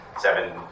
seven